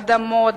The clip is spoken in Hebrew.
אדמות,